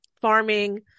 farming